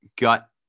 gut